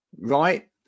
right